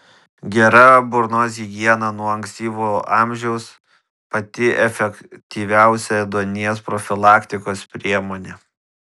gera burnos higiena nuo ankstyvo amžiaus pati efektyviausia ėduonies profilaktikos priemonė